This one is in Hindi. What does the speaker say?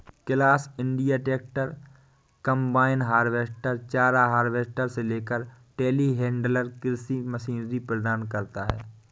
class India tractor, combine harvester, चारा हार्वेस्टर से लेकर टेलीहैंडलर कृषि मशीनरी प्रदान करता है